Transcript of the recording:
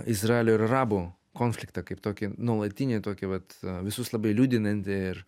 izraelio ir arabų konfliktą kaip tokį nuolatinį tokį vat visus labai liūdinantį ir